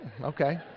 Okay